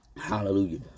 hallelujah